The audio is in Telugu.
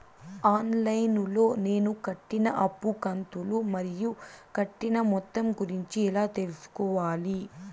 ఆన్ లైను లో నేను కట్టిన అప్పు కంతులు మరియు కట్టిన మొత్తం గురించి ఎలా తెలుసుకోవాలి?